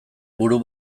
buru